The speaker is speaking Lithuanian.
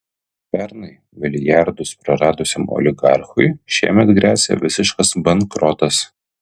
pernai milijardus praradusiam oligarchui šiemet gresia visiškas bankrotas